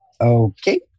okay